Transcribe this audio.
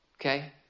Okay